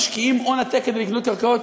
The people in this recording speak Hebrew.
משקיעים הון עתק כדי לקנות קרקעות.